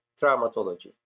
Traumatology